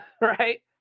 Right